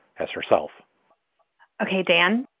has herself ok, dan.